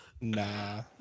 nah